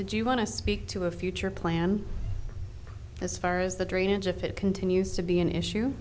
did you want to speak to a future plan as far as the drainage if it continues to be an